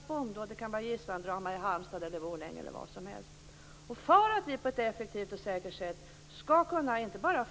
Nu är jag där igen.